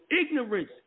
Ignorance